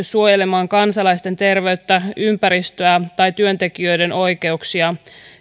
suojelemaan kansalaisten terveyttä ympäristöä tai työntekijöiden oikeuksia